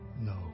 No